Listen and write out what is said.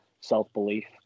self-belief